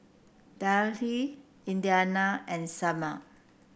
Danyell Indiana and Salma